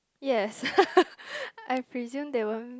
yes I presume they won't